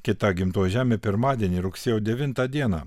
kita gimtoji žemė pirmadienį rugsėjo devintą dieną